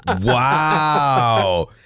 Wow